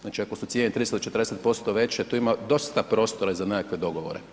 Znači ako su cijene 30-40% veće tu ima dosta prostora i za nekakve dogovore.